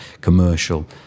commercial